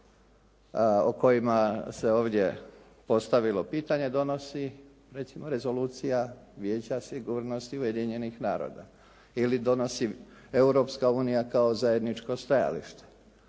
o kojima se ovdje postavilo pitanje donosi recimo rezolucija Vijeća sigurnosti Ujedinjenih naroda ili donosi Europska unija kao zajedničko stajalište,